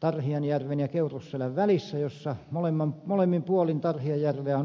tarhianjärven ja keurusselän välissä jossa molemmin puolin tarhianjärveä on uimaranta